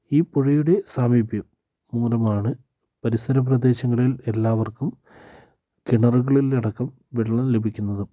ഈ പുഴയുടെ സാമീപ്യം മൂലമാണ് പരിസര പ്രദേശങ്ങളിൽ എല്ലാവർക്കും കിണറുകളിൽ അടക്കം വെള്ളം ലഭിക്കുന്നതും